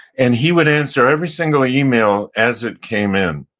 and he would answer every single email as it came in,